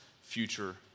future